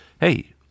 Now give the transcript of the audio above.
Hey